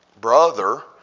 brother